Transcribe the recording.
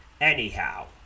anyhow